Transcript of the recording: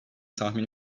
tahmin